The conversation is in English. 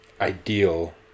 ideal